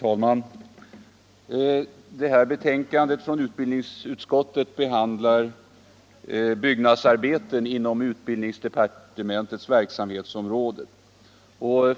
Herr talman! Utbildningsutskottets betänkande nr 15 behandlar byggnadsarbeten inom utbildningsdepartementets verksamhetsområde.